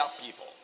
people